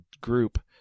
group